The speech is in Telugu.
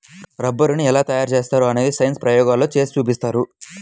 రబ్బరుని ఎలా తయారు చేస్తారో అనేది సైన్స్ ప్రయోగాల్లో చేసి చూపిస్తారు